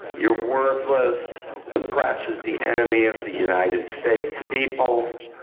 you're worthless. the press is the enemy of the united states people.